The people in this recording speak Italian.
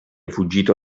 fuggito